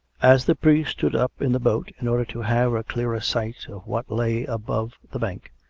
as the priest stood up in the boat in order to have a clearer sight of what lay above the bank,